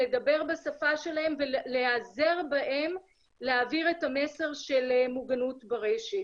לדבר בשפה שלהם ולהיעזר בהם להעביר את המסר של מוגנות ברשת.